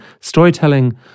storytelling